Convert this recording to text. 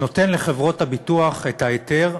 שנותן לחברות הביטוח היתר,